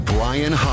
Brian